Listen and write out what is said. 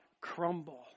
crumble